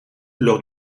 lors